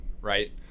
right